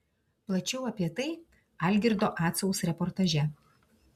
plačiau apie tai algirdo acaus reportaže